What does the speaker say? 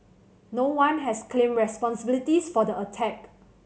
no one has claimed responsibility for the attack